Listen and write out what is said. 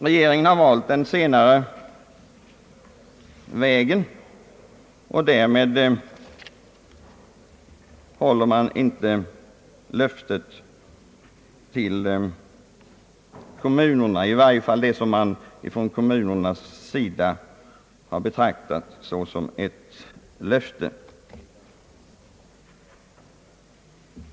Regeringen har valt den senare vägen. Därmed håller man inte löftet till kommunerna, så som man från kommunernas sida har betraktat det.